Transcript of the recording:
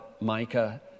Micah